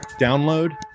download